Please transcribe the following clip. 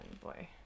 boy